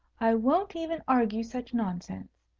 i won't even argue such nonsense.